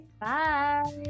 Bye